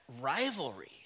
rivalry